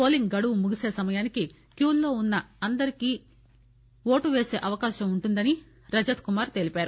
polling గడువు ముగిసీ సమయానికి క్యూలలో వున్న అందరికీ ఓటు వేసీ అవకాశం ఉంటుందని రజత్కుమార్ తెలిపారు